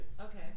Okay